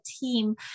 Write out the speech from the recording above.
team